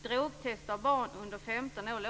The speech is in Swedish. Det låter drastiskt med drogtest av barn under 15 år.